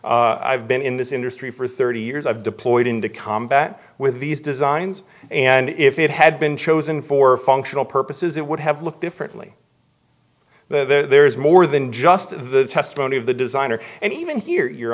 been i've been in this industry for thirty years i've deployed into combat with these designs and if it had been chosen for functional purposes it would have looked differently there's more than just the testimony of the designer and even here you